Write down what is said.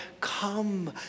come